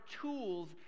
tools